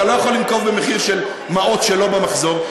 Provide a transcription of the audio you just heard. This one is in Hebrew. אתה לא יכול לנקוב במחיר עם מעות שלא במחזור.